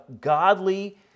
godly